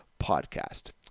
podcast